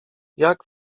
jak